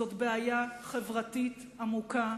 זאת בעיה חברתית עמוקה,